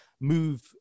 move